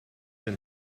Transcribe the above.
and